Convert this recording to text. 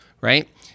right